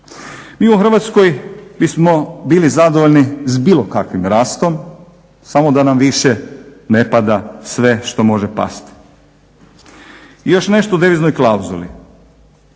Mi u Hrvatskoj bi smo bili zadovoljni s bilo kakvim rastom, samo da nam više ne pada sve što može pasti. I još nešto o deviznoj klauzuli